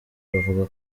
bavuga